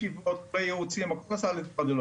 בישיבות, בייעוצים, הכל נעשה על ידי רדיולוגים.